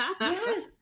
Yes